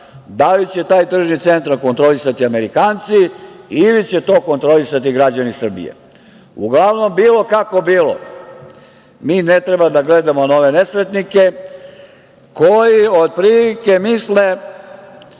da li će taj tržni centra kontrolisati Amerikanci, ili će to kontrolisati građani Srbije? Uglavnom, bilo kako bilo, mi ne treba da gledamo na ove nesretnike, koji otprilike, misle